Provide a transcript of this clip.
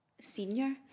senior